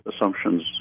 assumptions